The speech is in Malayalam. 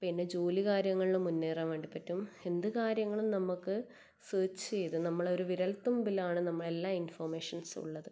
പിന്നെ ജോലി കാര്യങ്ങളില് മുന്നേറാൻ വേണ്ടി പറ്റും എന്തു കാര്യങ്ങളും നമുക്ക് സേർച്ച് ചെയ്ത് നമ്മളെ ഒരു വിരൽ തുമ്പിലാണ് നമ്മളെ എല്ലാ ഇൻഫർമേഷൻസും ഉള്ളത്